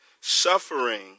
Suffering